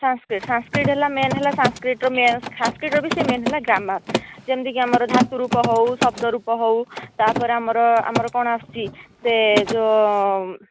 ସାଂସ୍କ୍ରିଟ ସାଂସ୍କ୍ରିଟ ହେଲା ମେନ ହେଲା ସାଂସ୍କ୍ରିଟ ର ସାଂସ୍କ୍ରିଟ ର ବି ମେନ ହେଲା ସେ ଗ୍ରାମାର ଯେମିତି କି ଆମର ଧାତୁ ରୂପ ହେଉ ଶବ୍ଦ ରୂପ ହେଉ ତାପରେ ଆମର ଆମର କ'ଣ ଆସୁଛି ସେ ଯୋ